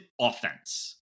offense